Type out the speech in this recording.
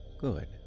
Good